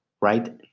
right